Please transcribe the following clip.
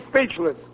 speechless